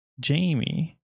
Jamie